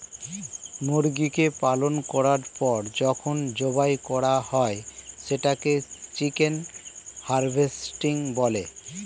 মুরগিকে পালন করার পর যখন জবাই করা হয় সেটাকে চিকেন হারভেস্টিং বলে